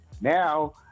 Now